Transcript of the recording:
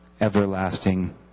everlasting